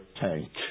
tank